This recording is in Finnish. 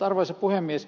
arvoisa puhemies